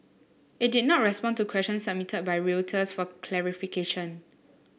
it did not respond to question submitted by Reuters for clarification